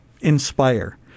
inspire